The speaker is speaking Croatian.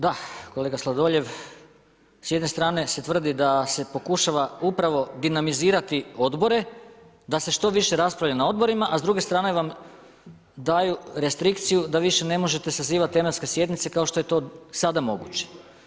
Da kolega Sladoljev s jedne strane se tvrdi da se pokušava upravo dinamizirati odbore da se što više raspravlja na odborima, a s druge strane vam daju restrikciju da više ne možete sazivati tematske sjednice kao što je to sada moguće.